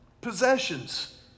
possessions